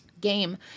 game